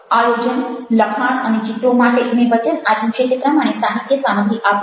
આયોજન લખાણ અને ચિત્રો માટે મેં વચન આપ્યું છે તે પ્રમાણે સાહિત્ય સામગ્રી આપીશ